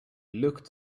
looked